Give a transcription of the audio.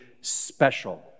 special